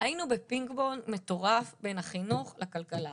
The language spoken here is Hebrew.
היינו בפינג פונג מטורף בין החינוך לכלכלה.